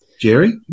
Jerry